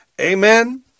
Amen